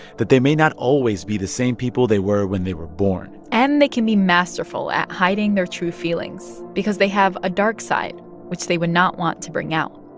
that they may not always be the same people they were when they were born and they can be masterful at hiding their true feelings because they have a dark side which they would not want to bring out